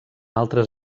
altres